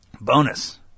Bonus